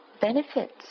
benefits